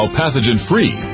pathogen-free